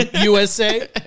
USA